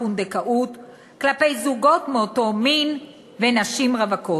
הפונדקאות כלפי זוגות מאותו מין ונשים רווקות.